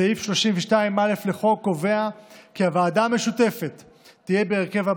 סעיף 32(א) לחוק קובע כי הוועדה המשותפת תהיה בהרכב הזה: